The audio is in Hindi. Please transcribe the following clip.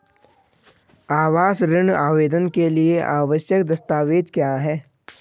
आवास ऋण आवेदन के लिए आवश्यक दस्तावेज़ क्या हैं?